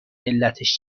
علتش